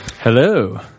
hello